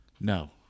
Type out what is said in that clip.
No